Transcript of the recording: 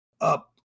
up